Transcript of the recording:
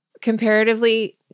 comparatively